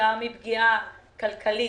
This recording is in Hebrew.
כתוצאה מפגיעה כלכלית,